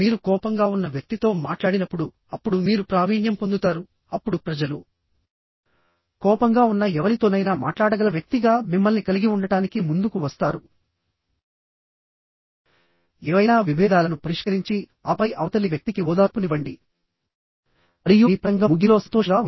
మీరు కోపంగా ఉన్న వ్యక్తితో మాట్లాడినప్పుడు అప్పుడు మీరు ప్రావీణ్యం పొందుతారు అప్పుడు ప్రజలు కోపంగా ఉన్న ఎవరితోనైనా మాట్లాడగల వ్యక్తిగా మిమ్మల్ని కలిగి ఉండటానికి ముందుకు వస్తారు ఏవైనా విభేదాలను పరిష్కరించి ఆపై అవతలి వ్యక్తికి ఓదార్పునివ్వండి మరియు మీ ప్రసంగం ముగింపులో సంతోషంగా ఉంది